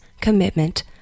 commitment